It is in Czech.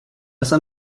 jsem